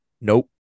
Nope